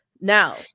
Now